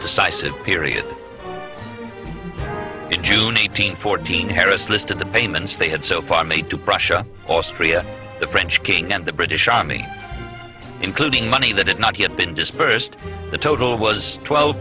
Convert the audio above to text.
decisive period in june eight hundred fourteen harris listed the payments they had so far made to prussia austria the french king and the british army including money that it not yet been disbursed the total was twelve